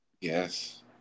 Yes